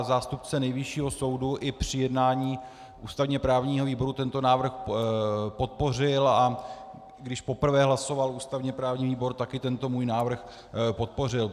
Zástupce Nejvyššího soudu i při jednání ústavněprávního výboru tento návrh podpořil, a když poprvé hlasoval ústavněprávní výbor, tak i tento můj návrh podpořil.